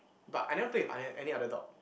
but I never play with any other dog